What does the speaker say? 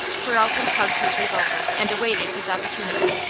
ferralti hugged his revolver and awaited his opportunity.